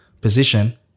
position